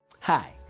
Hi